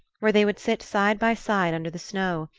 where they would sit side by side under the snow,